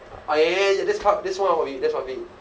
ah eh that's part that's one of it that's one of it